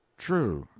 true.